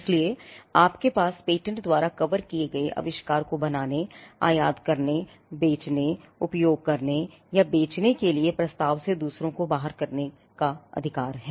इसलिए आपके पास पेटेंट द्वारा कवर किए गए आविष्कार को बनाने आयात करने बेचने उपयोग करने या बेचने के लिए प्रस्ताव से दूसरों को बाहर करने का अधिकार है